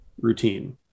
routine